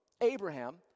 Abraham